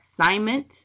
assignment